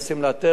וכל בדל סיגריה.